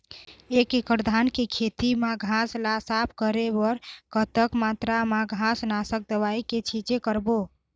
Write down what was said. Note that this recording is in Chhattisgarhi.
एक एकड़ धान के खेत मा घास ला साफ करे बर कतक मात्रा मा घास नासक दवई के छींचे करबो?